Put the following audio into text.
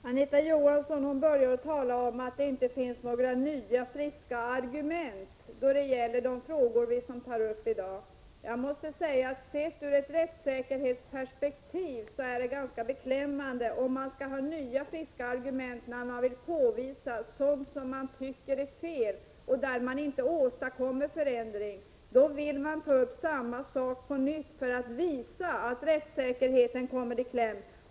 Herr talman! Anita Johansson börjar att tala om att det inte finns några nya friska argument i vad gäller de frågor vi har tagit upp i dag. Sett ur rättssäkerhetsperspektiv är det ganska beklämmande om man skall behöva ha nya friska argument när man påvisar sådant som man tycker är fel men inte kan åstadkomma en förändring. Då vill man ta upp samma sak på nytt för att visa att rättssäkerheten kommer i kläm.